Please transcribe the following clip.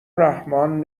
رحمان